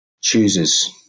chooses